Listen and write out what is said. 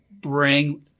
bring